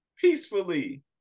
peacefully